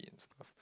meat and stuff